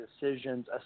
decisions